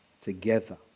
together